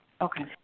Okay